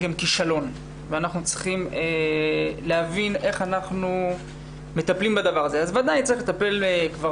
האם היא נפלטה מן המסגרות,